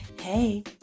Hey